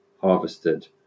harvested